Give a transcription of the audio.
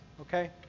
okay